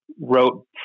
wrote